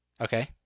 Okay